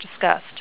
discussed